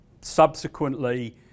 subsequently